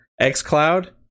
xCloud